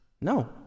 no